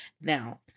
now